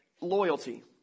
loyalty